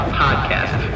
podcast